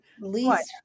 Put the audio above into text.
least